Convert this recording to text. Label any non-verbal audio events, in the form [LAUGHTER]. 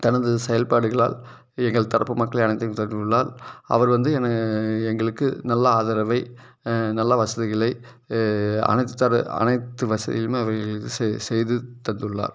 தனது செயல்பாடுகளால் எங்கள் தரப்பு மக்கள் அனைத்தையும் [UNINTELLIGIBLE] உள்ளார் அவர் வந்து என்னை எங்களுக்கு நல்ல ஆதரவை நல்ல வசதிகளை அனைத்து தர அனைத்து வசதிகளையுமே அவர் எங்களுக்கு செ செய்துத் தந்துள்ளார்